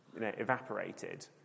evaporated